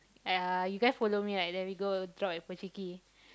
uh you guy follow me right then we go drop at Pochinki